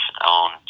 on